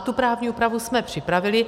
Tu právní úpravu jsme připravili.